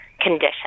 condition